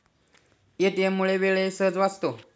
ATM मुळे वेळही सहज वाचतो